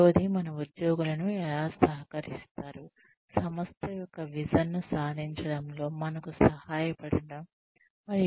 మూడవది మన ఉద్యోగులు ఎలా సహకరిస్తారు సంస్థ యొక్క విజన్ ను సాధించడంలో మనకు సహాయపడటం